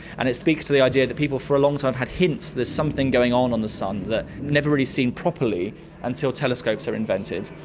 and it speaks to the idea that people for a long time had hints there's something going on on the sun that are never really seen properly until telescopes are invented.